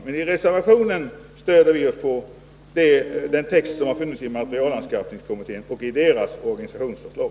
Men i reservationen 1 stödjer vi oss på den text som funnits i materielanskaffningskommitténs organisationsförslag.